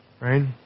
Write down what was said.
Right